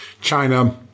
China